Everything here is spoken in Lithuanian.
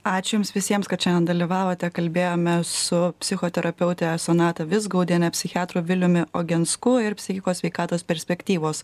ačiū jums visiems kad šiandien dalyvavote kalbėjome su psichoterapeute sonata vizgaudiene psichiatru viliumi ogensku ir psichikos sveikatos perspektyvos